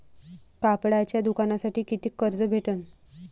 कापडाच्या दुकानासाठी कितीक कर्ज भेटन?